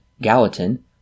Gallatin